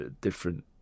different